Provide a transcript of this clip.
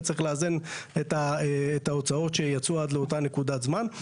וצריך לאזן את ההוצאות שיצאו עד לאותה נקודת זמן.